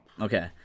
okay